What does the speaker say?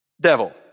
devil